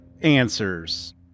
answers